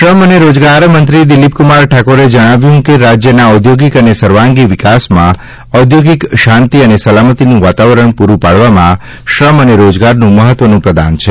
શ્રમ અને રોજગાર મંત્રીશ્રી દિલીપકુમાર ઠાકોરે જણાવ્યું કે રાજ્યના ઓદ્યોગિક અને સર્વાંગી વિકાસમાં ઔદ્યોગિક શાંતિ અને સલામતીનું વાતાવરણ પુરુ પાડવામાં શ્રમ અને રોજગારનું મહત્વપૂર્ણ પ્રદાન છે